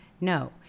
No